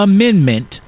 Amendment